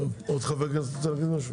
עוד חבר כנסת רוצה להגיד משהו?